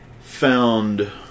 found